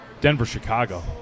Denver-Chicago